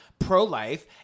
pro-life